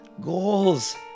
goals